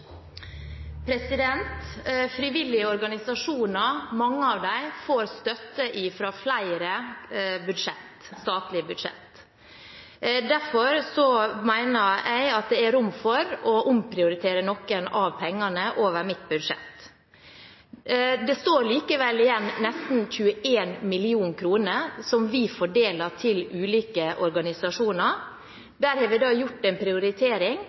frivillige organisasjoner får støtte fra flere statlige budsjetter. Derfor mener jeg at det er rom for å omprioritere noen av pengene over mitt budsjett. Det står likevel igjen nesten 21 mill. kr, som vi fordeler til ulike organisasjoner. Der har vi gjort en prioritering